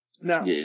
Now